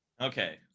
Okay